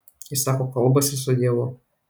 jis sako kalbąsis su dievu